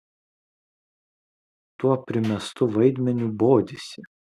tuo primestu vaidmeniu bodisi